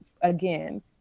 again